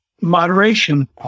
moderation